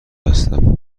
هستم